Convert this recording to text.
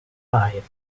eyes